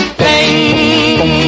pain